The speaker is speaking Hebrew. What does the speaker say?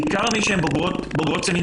בעיקר מי שהן בוגרות סמינרים,